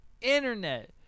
internet